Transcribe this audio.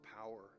power